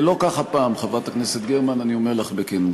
ולא כך הפעם, חברת הכנסת גרמן, אני אומר לך בכנות.